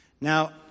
Now